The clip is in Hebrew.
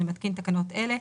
אני מתקין תקנות אלה: